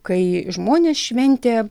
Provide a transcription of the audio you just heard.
kai žmonės šventė